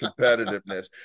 competitiveness